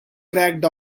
cracked